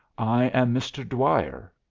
i am mr. dwyer,